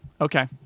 Okay